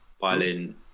violin